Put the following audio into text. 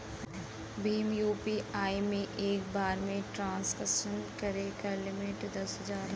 Bhim UPI से एक बार में ट्रांसक्शन करे क लिमिट दस हजार हौ